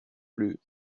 plus